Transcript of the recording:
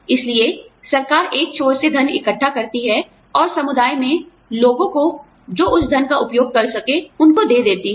इसलिए सरकार एक छोर से धन इकट्ठा करती है और समुदाय में लोगों को जो उस धन का उपयोग कर सकें उनको दे देती है